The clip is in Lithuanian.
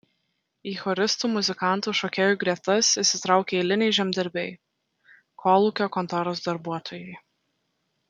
į choristų muzikantų šokėjų gretas įsitraukė eiliniai žemdirbiai kolūkio kontoros darbuotojai